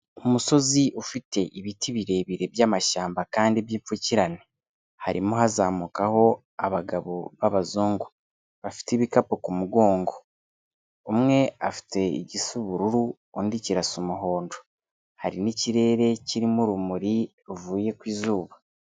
Umusozi ufite ibiti birebire by'amashyamba kandi byipfukirane, harimo hazamukaho abagabo b'abazungu bafite ibikapu ku mugongo, umwe afite igisubururu, undi kirasa umuhondo, hari n'ikirere kirimo urumuri ruvuye ku izuba.